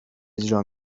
اجرا